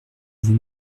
vous